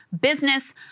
business